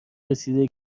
رسیده